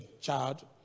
child